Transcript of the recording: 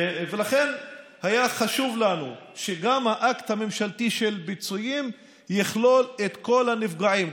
ולכן היה חשוב לנו שגם האקט הממשלתי של ביצועים יכלול את כל הנפגעים,